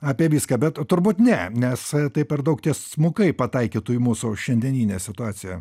apie viską bet turbūt ne nes tai per daug tiesmukai pataikytų į mūsų šiandieninę situaciją